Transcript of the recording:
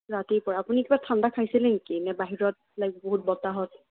ৰাতিৰ পৰা আপুনি কিবা ঠাণ্ডা খাইছিলে নেকি নে বাহিৰত লাইক বহুত বতাহত